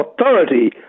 authority